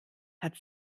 hat